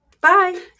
Bye